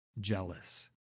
jealous